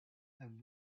and